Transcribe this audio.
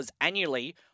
annually